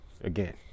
Again